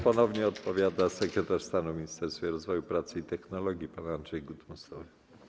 Ponownie odpowiada sekretarz stanu w Ministerstwie Rozwoju, Pracy i Technologii pan Andrzej Gut-Mostowy.